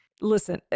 listen